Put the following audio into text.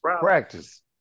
practice